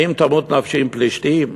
האם תמות נפשי עם פלישתים?